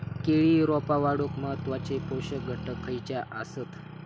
केळी रोपा वाढूक महत्वाचे पोषक घटक खयचे आसत?